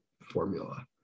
formula